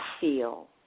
feel